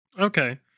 Okay